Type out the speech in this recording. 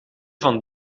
van